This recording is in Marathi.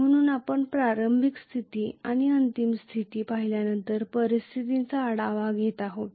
म्हणून आपण प्रारंभिक स्थिती आणि अंतिम स्थिती पाहिल्यानंतर परिस्थितीचा आढावा घेत आहोत